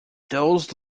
those